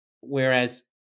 Whereas